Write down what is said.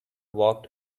walked